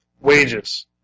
wages